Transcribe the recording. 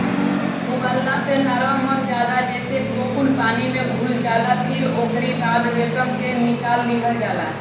उबालला से लार्वा मर जाला जेसे कोकून पानी में घुल जाला फिर ओकरी बाद रेशम के निकाल लिहल जाला